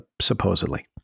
supposedly